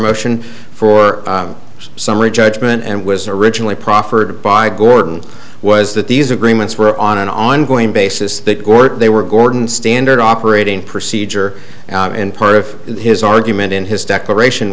motion for summary judgment and was originally proffered by gordon was that these agreements were on an ongoing basis to court they were gordon standard operating procedure and part of his argument in his declaration